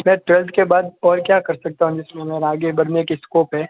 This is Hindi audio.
मैं ट्वेल्थ के बाद और क्या कर सकता हूँ जिसमे मेरे आगे बढ़ने की स्कोप है